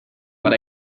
but